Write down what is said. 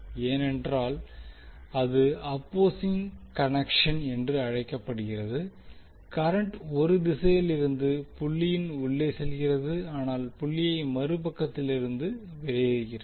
ஏனென்றால் இது opposing connection என்று அழைக்கப்படுகிறது கரண்ட் ஒரு திசையில் இருந்து புள்ளியின் உள்ளே செல்கிறது ஆனால் புள்ளியை மறுபக்கத்திலிருந்து வெளியேறுகிறது